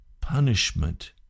punishment